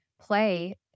play